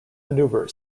maneuver